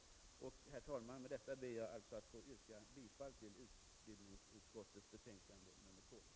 Med detta, herr talman, ber jag att få yrka bifall till utbildningsutskottets hemställan i betänkande nr 2.